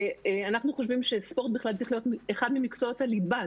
אנחנו חושבים שספורט בכלל צריך להיות אחד ממקצועות הליבה.